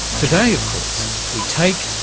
today of course we take,